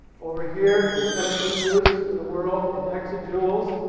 over here is energy use in the world in exajoules,